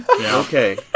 okay